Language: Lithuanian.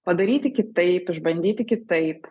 padaryti kitaip išbandyti kitaip